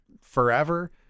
forever